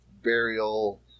burial